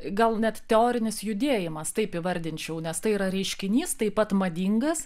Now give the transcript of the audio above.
gal net teorinis judėjimas taip įvardinčiau nes tai yra reiškinys taip pat madingas